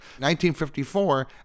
1954